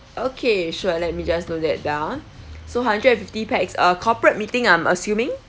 okay sure let me just note that down so hundred and fifty pax uh corporate meeting I'm assuming